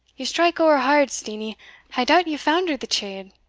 ye strike ower hard, steenie i doubt ye foundered the chield.